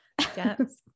Yes